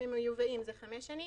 אם אין לכם כמעט פניות,